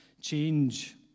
change